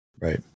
right